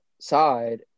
side